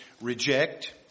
reject